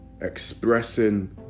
expressing